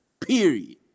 Period